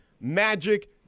Magic